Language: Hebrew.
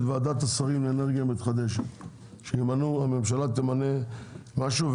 ועדת השרים לאנרגיה מתחדשת; שהממשלה תמנה משהו.